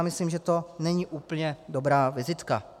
Myslím, že to není úplně dobrá vizitka.